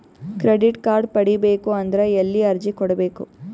Credit card ಪಡಿಬೇಕು ಅಂದ್ರ ಎಲ್ಲಿ ಅರ್ಜಿ ಕೊಡಬೇಕು?